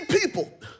people